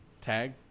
Tag